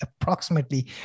approximately